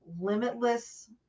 Limitless